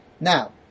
Now